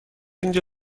اینجا